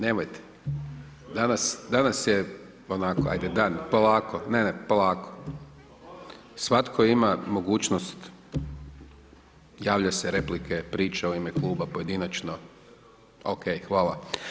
Nemojte, danas je onako ajde dan, polako, ne, ne, polako, svatko ima mogućnost, javlja se replike, priča u ime kluba, pojedinačno. … [[Upadica se ne čuje.]] OK, hvala.